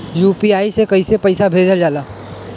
UPI से कइसे पैसा भेजल जाला?